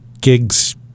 gigs